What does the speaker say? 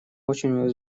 очень